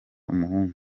umuhungu